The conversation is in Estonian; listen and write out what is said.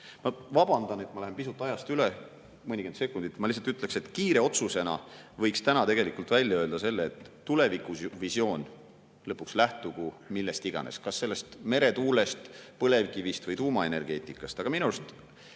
Ma vabandan, et ma lähen pisut ajast üle, mõnikümmend sekundit. Ma lihtsalt ütlen, et kiire otsusena võiks tegelikult välja öelda selle, et tulevikuvisioon lõpuks lähtugu millest iganes, kas meretuulest, põlevkivist või tuumaenergeetikast, aga järgmised